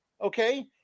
okay